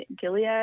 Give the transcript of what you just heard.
Gilead